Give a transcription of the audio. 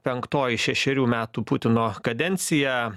penktoji šešerių metų putino kadencija